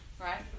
right